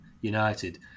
United